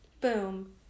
boom